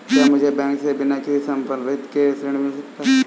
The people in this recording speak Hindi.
क्या मुझे बैंक से बिना किसी संपार्श्विक के ऋण मिल सकता है?